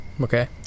Okay